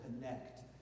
connect